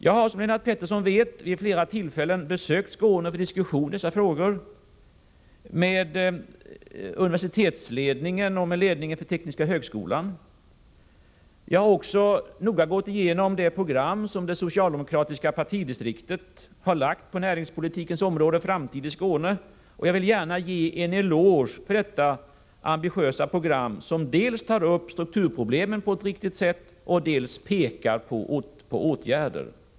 Jag har, som Lennart Pettersson vet, vid flera tillfällen besökt Skåne och diskuterat dessa frågor med universitetsledningen och med ledningen för tekniska högskolan. Jag har också noga gått igenom det program på näringspolitikens område som det socialdemokratiska partidistriktet lagt fram — Framtid för Skåne. Jag vill gärna ge en eloge för detta ambitiösa program som dels tar upp strukturproblemen på ett riktigt sätt, dels pekar på åtgärder.